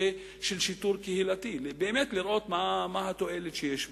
של שיטור קהילתי ולראות מה התועלת שיש בו.